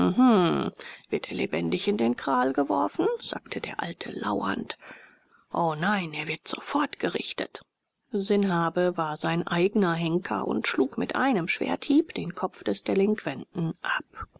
er lebendig in den kral geworfen sagte der alte lauernd o nein er wird sofort gerichtet sanhabe war sein eigner henker und schlug mit einem schwerthieb den kopf des delinquenten ab